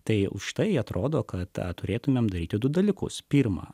tai už tai atrodo kad tą turėtumėm daryti du dalykus pirma